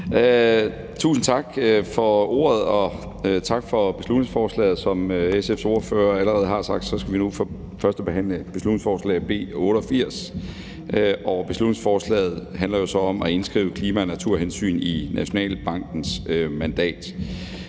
Tusind tak for ordet, og tak for beslutningsforslaget. Som SF's ordfører allerede har sagt, skal vi nu førstebehandle beslutningsforslag B 88. Beslutningsforslaget handler jo så om at indskrive klima- og naturhensyn i Nationalbankens mandat.